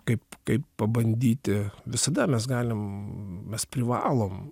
kaip kaip pabandyti visada mes galim mes privalom